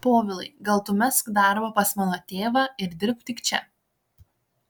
povilai gal tu mesk darbą pas mano tėvą ir dirbk tik čia